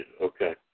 Okay